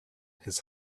his